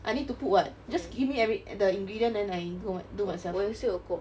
I need to put what just give me every the ingredient then I do my do myself